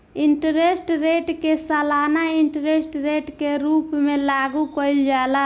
interest rate के सालाना interest rate के रूप में लागू कईल जाला